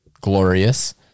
glorious